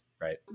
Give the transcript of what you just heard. right